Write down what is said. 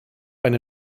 eine